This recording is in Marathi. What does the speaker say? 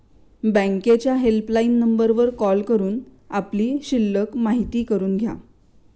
बँकेच्या हेल्पलाईन नंबरवर कॉल करून आपली शिल्लक माहिती करून घ्या